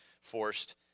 forced